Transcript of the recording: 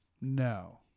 No